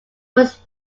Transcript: whose